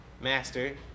master